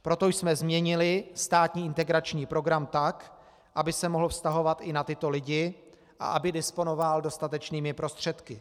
Proto jsme změnili státní integrační program tak, aby se mohl vztahovat i na tyto lidi a aby disponoval dostatečnými prostředky.